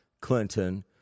Clinton